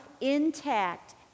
intact